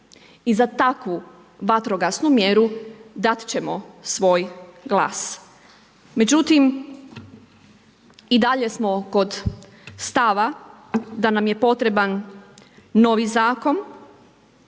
I za takvu vatrogasnu mjeru dati ćemo svoj glas. Međutim, i dalje smo kod stava da nam je potreban novi zakon,